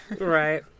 Right